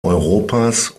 europas